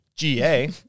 GA